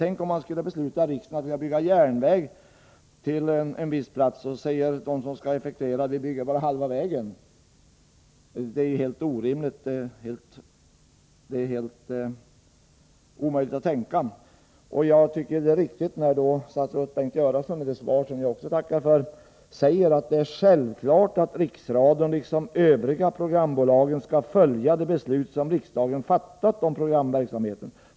Tänk om vi i riksdagen skulle besluta att bygga en järnväg till en viss plats och de som skulle effektuera beslutet sade: Vi bygger bara halva vägen. — Det är helt omöjligt att tänka sig. Jag tycker det är riktigt när statsrådet Bengt Göransson i svaret — som jag tackar för — säger att det är självklart att Riksradion liksom övriga programbolag skall följa de beslut som riksdagen fattat om programverksamheten.